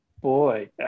boy